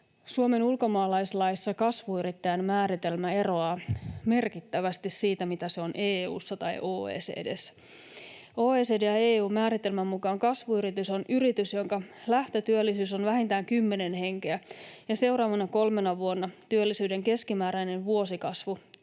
Suomen ulkomaalaislaissa kasvuyrittäjän määritelmä eroaa merkittävästi siitä, mitä se on EU:ssa tai OECD:ssä. OECD:n ja EU:n määritelmän mukaan kasvuyritys on yritys, jonka lähtötyöllisyys on vähintään kymmenen henkeä ja seuraavana kolmena vuonna työllisyyden keskimääräinen vuosikasvu ylittää